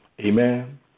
Amen